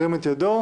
ירים את ידו.